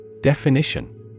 Definition